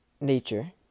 nature